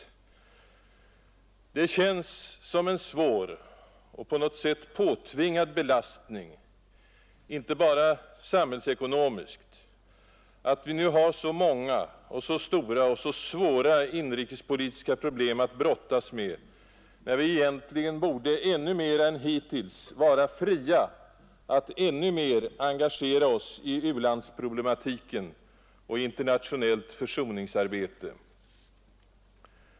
Det känns som en svår och på något sätt påtvingad belastning inte bara samhällsekonomiskt att vi nu har så många och så stora och svåra inrikespolitiska problem att brottas med, när vi egentligen borde ännu mer än hittills vara fria att än mera engagera oss i u-landsproblematiken och internationellt försoningsarbete.